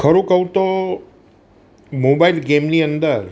ખરું કહું તો મોબાઈલ ગેમની અંદર